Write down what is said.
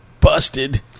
busted